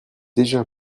déjà